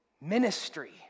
ministry